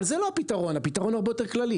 אבל זה לא הפתרון, הפתרון הוא הרבה יותר כללי.